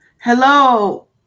Hello